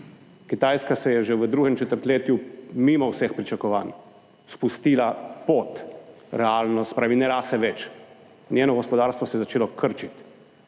Kitajska se je že v drugem četrtletju mimo vseh pričakovanj spustila pot realno, se pravi, ne raste več, njeno gospodarstvo se je začelo krčiti.